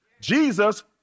Jesus